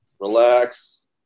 relax